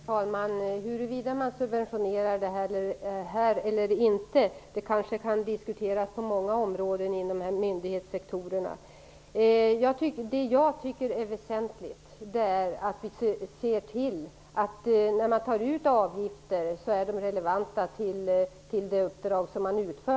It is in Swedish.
Herr talman! Huruvida man subventionerar eller inte kan kanske diskuteras på många områden inom myndighetssektorerna. Jag tycker att det är väsentligt att vi ser till att de avgifter man tar ut är relevanta till det uppdrag som man utför.